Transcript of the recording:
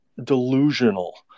delusional